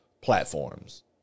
platforms